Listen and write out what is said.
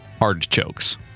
artichokes